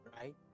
right